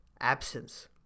absence